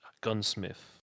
gunsmith